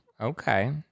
Okay